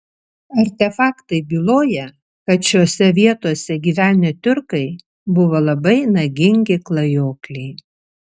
artefaktai byloja kad šiose vietose gyvenę tiurkai buvo labai nagingi klajokliai